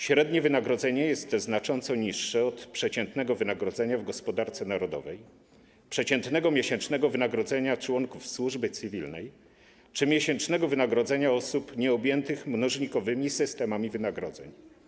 Średnie wynagrodzenie jest znacząco niższe od przeciętnego wynagrodzenia w gospodarce narodowej, przeciętnego miesięcznego wynagrodzenia członków służby cywilnej czy miesięcznego wynagrodzenia osób nieobjętych mnożnikowymi systemami wynagrodzeń.